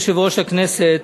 אדוני יושב-ראש הכנסת,